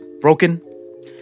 broken